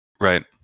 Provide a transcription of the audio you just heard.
Right